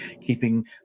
keeping